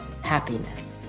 happiness